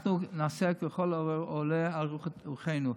אנחנו נעשה ככל העולה על רוחנו.